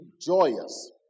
joyous